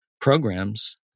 programs